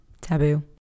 taboo